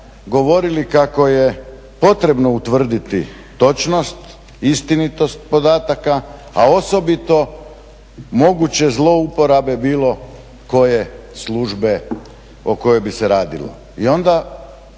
govorili kako je potrebno utvrditi točnost, istinitost podataka a osobito moguće zlouporabe bilo koje službe o kojoj bi se radilo.